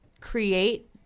create